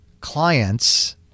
clients